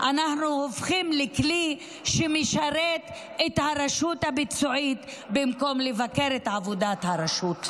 אנחנו הופכים לכלי שמשרת את הרשות הביצועית במקום לבקר את עבודת הרשות.